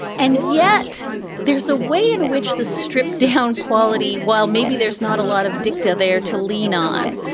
and yet there is a way in which the stripped down quality, while maybe there's not a lot of dicta there to lean on,